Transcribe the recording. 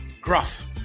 gruff